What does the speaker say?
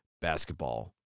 basketball